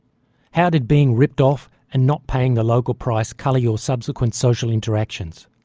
how did being ripped off and not paying the local price colour your subsequent social interactions.